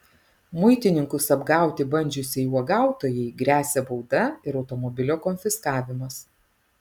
muitininkus apgauti bandžiusiai uogautojai gresia bauda ir automobilio konfiskavimas